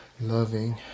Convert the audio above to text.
loving